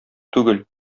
түгел